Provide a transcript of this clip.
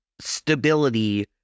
stability